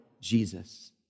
Jesus